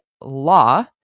law